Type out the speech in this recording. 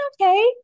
okay